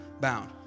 bound